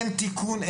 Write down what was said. אין תיקון.